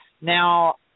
now